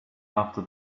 after